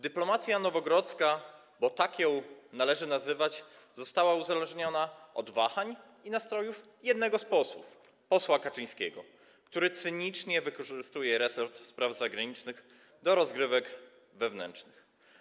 Dyplomacja nowogrodzka, bo tak ją należy nazywać, została uzależniona od wahań i nastrojów jednego z posłów, posła Kaczyńskiego, który cynicznie wykorzystuje resort spraw zagranicznych do rozgrywek wewnętrznych.